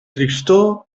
tristor